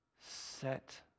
set